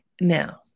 Now